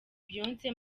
beyonce